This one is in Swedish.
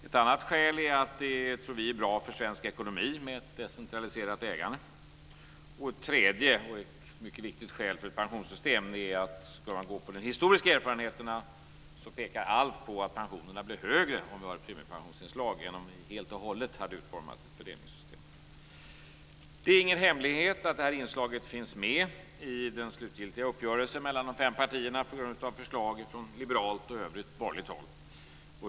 Ett annat skäl är att vi tror att det är bra för svensk ekonomi med ett decentraliserat ägande. Det tredje och mycket viktiga skälet för ett pensionssystem är att om man ska gå på de historiska erfarenheterna pekar allt på att pensionerna blir högre om vi har premiepensionsinslag än om vi helt och hållet hade utformat ett fördelningssystem. Det är ingen hemlighet att det här inslaget finns med i den slutgiltiga uppgörelsen mellan de fem partierna på grund av förslag från liberalt och övrigt borgerligt håll.